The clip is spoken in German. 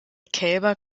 kälber